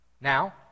Now